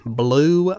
blue